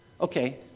Okay